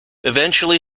eventually